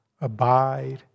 abide